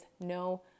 no